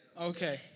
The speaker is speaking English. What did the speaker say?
Okay